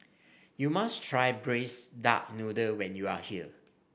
you must try Braised Duck Noodle when you are here